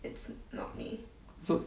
so